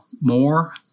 more